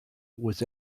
was